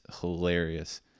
hilarious